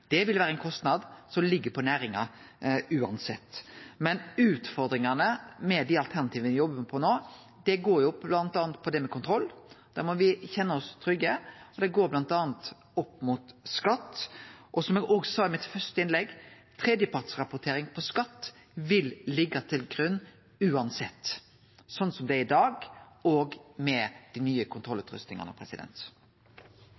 Det vil vere ein kostnad som ligg på næringa uansett. Utfordringane med dei alternativa me jobbar med no, går bl.a. på det med kontroll, der må me kjenne oss trygge, og det går på skatt, og som eg òg sa i mitt første innlegg – tredjepartsrapportering på skatt vil liggje til grunn uansett, sånn som det er i dag, òg med dei nye